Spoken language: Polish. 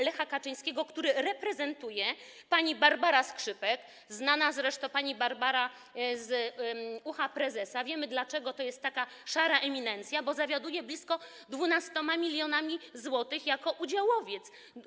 Lecha Kaczyńskiego reprezentuje pani Barbara Skrzypek, znana zresztą pani Barbara z „Ucha prezesa”, wiemy, dlaczego to jest taka szara eminencja - bo zawiaduje blisko 12 mln zł jako udziałowiec.